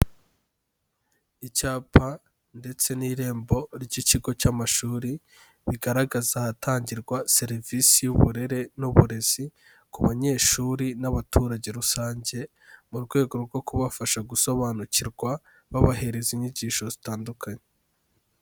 Icyapa ndetse n'irembo ry'ikigo cy'amashuri bigaragaza ahatangirwa serivisi y'uburere n'uburezi ku banyeshuri n'abaturage rusange mu rwego rwo kubafasha gusobanukirwa babahereza inyigisho zitandukanye.